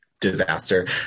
disaster